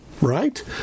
right